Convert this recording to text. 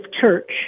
Church